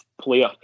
player